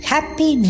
Happy